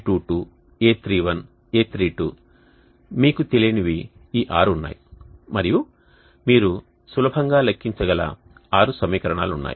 a11a12a21a22a31a32 మీకు తెలియనివి ఈ ఆరు ఉన్నాయి మరియు మీరు సులభంగా లెక్కించగల 6 సమీకరణాలు ఉన్నాయి